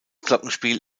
glockenspiel